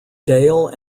dale